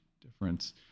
difference